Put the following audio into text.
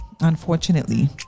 Unfortunately